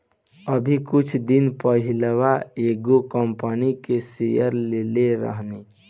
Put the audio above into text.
अभी कुछ दिन पहिलवा एगो कंपनी के शेयर लेले रहनी